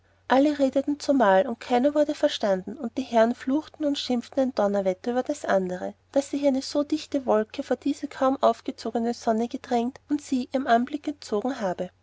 alle redeten zumal keine wurde verstanden und die herren fluchten und schimpften ein donnerwetter über das andere daß sich eine so dichte wolke vor diese kaum aufgegangene sonne gedrängt und sie ihrem anblick entzogen habe